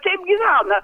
taip gyvena